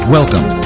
Welcome